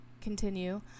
continue